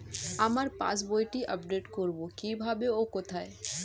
আমার পাস বইটি আপ্ডেট কোরবো কীভাবে ও কোথায়?